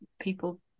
people